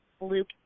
Luke